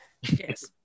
Yes